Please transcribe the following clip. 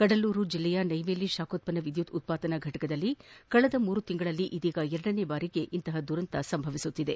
ಕಡಲೂರು ಜಿಲ್ಲೆಯ ನೈವೇಲಿ ಶಾಖೋತ್ಪನ್ನ ವಿದ್ಯುತ್ ಉತ್ಪಾದನಾ ಘಕಟದಲ್ಲಿ ಕಳೆದ ಮೂರು ತಿಂಗಳಲ್ಲಿ ಎರಡನೇ ಬಾರಿಗೆ ಇಂತಹ ದುರಂತ ಸಂಭವಿಸಿದೆ